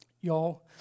y'all